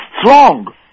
strong